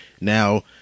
now